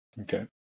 Okay